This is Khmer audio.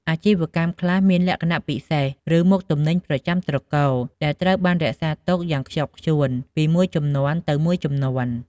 អាជីវកម្មខ្លះមានលក្ខណៈពិសេស ឬមុខទំនិញប្រចាំត្រកូលដែលត្រូវបានរក្សាទុកយ៉ាងខ្ជាប់ខ្ជួនពីមួយជំនាន់ទៅមួយជំនាន់។